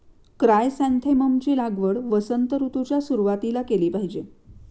chrysanthemum ची लागवड वसंत ऋतूच्या सुरुवातीला केली पाहिजे